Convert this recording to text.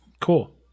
Cool